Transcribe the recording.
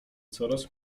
coraz